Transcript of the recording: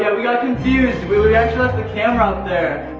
yeah we got confused, we we actually left the camera up